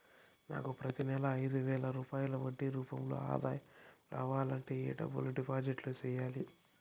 నాకు ప్రతి నెల ఐదు వేల రూపాయలు వడ్డీ రూపం లో ఆదాయం రావాలంటే ఎంత డబ్బులు డిపాజిట్లు సెయ్యాలి?